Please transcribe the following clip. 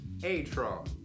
Atron